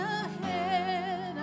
ahead